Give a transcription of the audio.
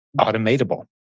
automatable